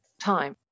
time